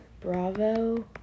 bravo